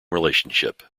relationship